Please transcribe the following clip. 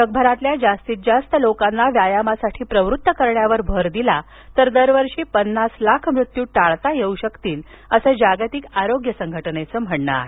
जगभरातल्या जास्तीत जास्त लोकांना व्यायामासाठी प्रवृत्त करण्यावर भर दिल्यास दरवर्षी पन्नास लाख मृत्यू टाळता येऊ शकतील असं जागतिक आरोग्य संघटनेचं म्हणणं आहे